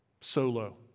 solo